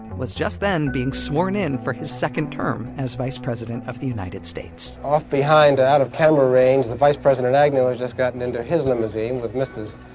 was just then being sworn-in for his second term as vice president of the united states off behind out of camera range, vice president agnew has just gotten into his limousine with mrs.